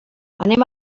anem